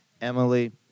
Emily